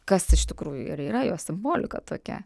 kas iš tikrųjų ir yra jo simbolika tokia